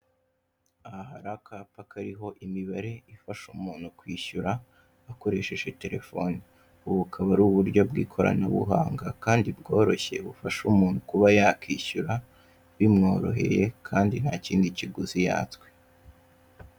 Aha hari akapa kariho imibare ifasha umuntu kwishyura akoresheje telefone. Ubu bukaba ari uburyo bw'ikoranabuhanga kandi bworoshye bufasha umuntu kuba yakishyura bimworoheye kandi ntakindi kiguzi yatswe.